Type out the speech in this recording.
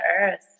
Earth